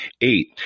Eight